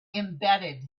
embedded